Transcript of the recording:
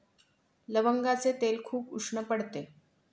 लवंगाचे तेल खूप उष्ण पडते